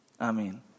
amen